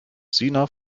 sina